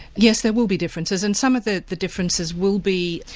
yes, there will be differences, and some of the the differences will be,